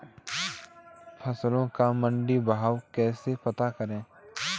फसलों का मंडी भाव कैसे पता करें?